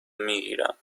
میگیرم